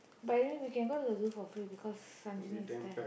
but then we can go to the zoo for free because Ranjini is there